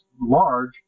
large